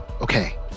okay